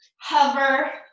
hover